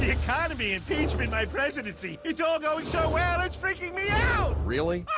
the economy, impeachment, my presidency, it's all going so well, it's freaking me out! really?